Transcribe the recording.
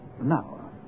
Now